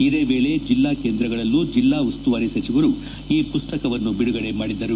ಇದೇ ವೇಳೆ ಜಿಲ್ಲಾ ಕೇಂದ್ರಗಳಲ್ಲೂ ಜಿಲ್ಲಾ ಉಸ್ತುವಾರಿ ಸಚಿವರು ಈ ಪುಸ್ತಕವನ್ನು ಬಿಡುಗಡೆ ಮಾಡಿದರು